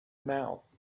mouth